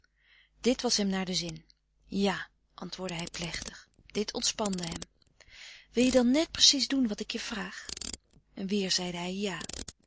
dit was hem naar den zin ja antwoordde hij plechtig dit ontspande hem wil je dan net precies doen wat ik je vraag weer zeide hij ja